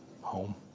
Home